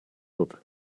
wird